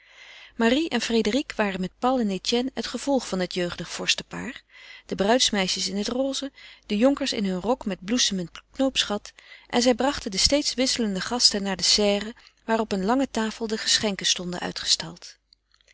marie en frédérique waren met paul en etienne het gevolg van het jeugdig vorstenpaar de bruidsmeisjes in het roze de jonkers in hun rok met bloesemend knoopsgat en zij brachten de steeds wisselende gasten naar de serre waar op een lange tafel de geschenken stonden uitgestald